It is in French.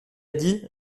dit